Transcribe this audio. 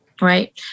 Right